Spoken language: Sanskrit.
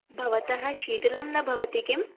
भवतः शीतलं न भवति किं